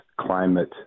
climate